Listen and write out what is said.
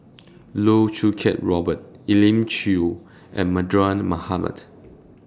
Loh Choo Kiat Robert Elim Chew and Mardan Mamat